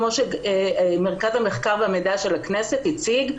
כמו שמרכז המחקר והמידע של הכנסת הציג,